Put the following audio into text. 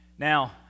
Now